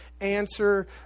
answer